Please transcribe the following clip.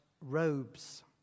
robes